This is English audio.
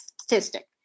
statistic